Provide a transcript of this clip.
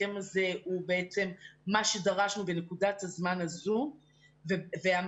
הסכם הזה הוא בעצם מה שדרשנו בנקודת הזמן הזו והמשמעות